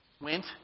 went